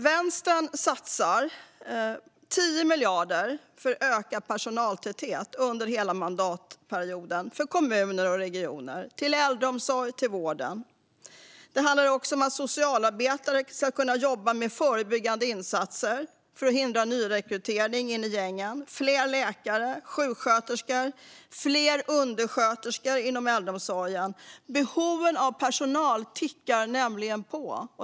Vänstern satsar 10 miljarder till kommuner och regioner för ökad personaltäthet i äldreomsorgen och vården under hela mandatperioden. Det handlar också om att socialarbetare ska kunna jobba med förebyggande insatser för att hindra nyrekryteringen in i gängen och om att få fler läkare och sjuksköterskor och fler undersköterskor inom äldreomsorgen. Behoven av personal tickar nämligen på.